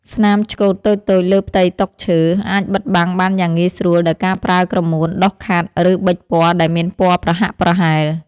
ស្នាមឆ្កូតតូចៗលើផ្ទៃតុឈើ អាចបិទបាំងបានយ៉ាងងាយស្រួលដោយការប្រើក្រមួនដុសខាត់ ឬប៊ិចពណ៌ដែលមានពណ៌ប្រហាក់ប្រហែល។